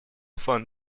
фонд